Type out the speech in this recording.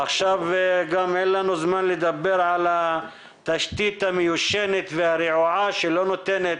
עכשיו גם אין לנו זמן לדבר על התשתית המיושנת והרעועה שלא נותנת